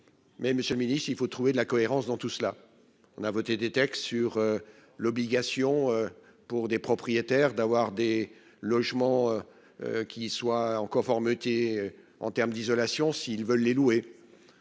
Mais Monsieur le Ministre. Il faut trouver de la cohérence dans tout cela, on a voté des textes sur l'obligation pour des propriétaires d'avoir des logements. Qui soient en conformité en termes d'isolation. S'ils veulent les louer.